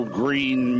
green